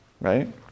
right